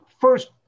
first